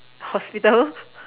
hospital